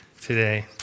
today